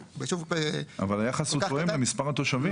אבל היחס תואם את מספר התושבים.